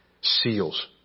seals